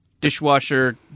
dishwasher